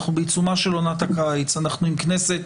אנחנו בעיצומה של עונת הקיץ עם כנסת